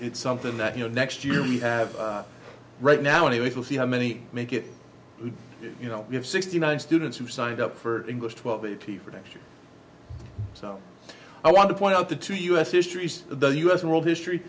it's something that you know next year we have right now anyway we'll see how many make it we you know we have sixty nine students who signed up for english twelve a p for next year so i want to point out the two u s history the u s and world history